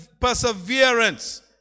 perseverance